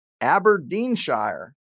Aberdeenshire